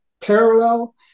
parallel